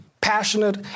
passionate